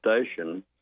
station